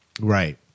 Right